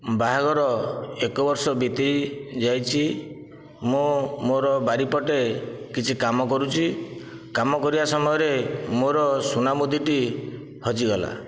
ବାହାଘର ଏକ ବର୍ଷ ବିତିଯାଇଛି ମୁଁ ମୋର ବାରିପଟେ କିଛି କାମ କରୁଛି କାମ କରିବା ସମୟରେ ମୋର ସୁନା ମୁଦିଟି ହଜିଗଲା